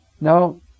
Now